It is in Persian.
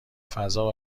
فضا